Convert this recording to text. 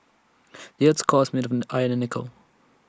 the Earth's core is made of iron and nickel